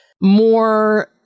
more